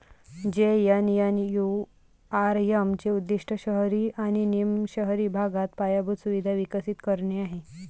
JNNURM चे उद्दीष्ट शहरी आणि निम शहरी भागात पायाभूत सुविधा विकसित करणे आहे